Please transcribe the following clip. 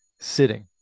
sitting